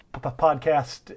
podcast